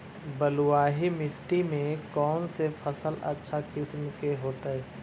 बलुआही मिट्टी में कौन से फसल अच्छा किस्म के होतै?